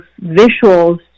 visuals